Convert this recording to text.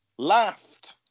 Laughed